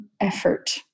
effort